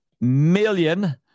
million